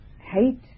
hate